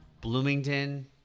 Bloomington